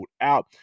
out